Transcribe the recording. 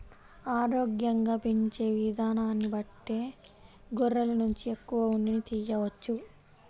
ఆరోగ్యంగా పెంచే ఇదానాన్ని బట్టే గొర్రెల నుంచి ఎక్కువ ఉన్నిని తియ్యవచ్చు